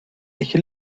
ich